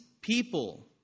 people